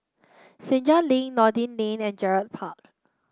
Senja Link Noordin Lane and Gerald Park